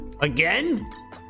again